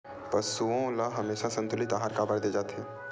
पशुओं ल हमेशा संतुलित आहार काबर दे जाथे?